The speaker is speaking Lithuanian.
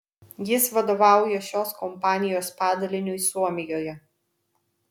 jis vadovauja šios kompanijos padaliniui suomijoje